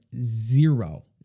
zero